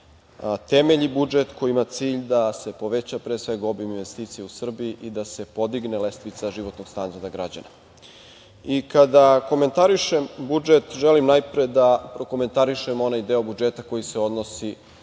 temelji budžet koji ima cilj da se poveća, pre svega, obim investicija u Srbiji i da se podigne lestvica životnog standarda građana. Kada komentarišem budžet, želim najpre da prokomentarišem onaj deo budžeta koji se odnosi